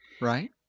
Right